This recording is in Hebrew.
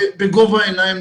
לדבר בגובה העיניים,